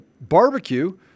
barbecue